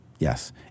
Yes